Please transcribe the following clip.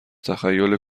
تخیل